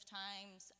times